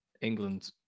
England